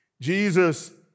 Jesus